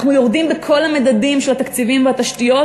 אנחנו יורדים בכל המדדים של התקציבים והתשתיות